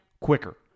quicker